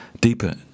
deeper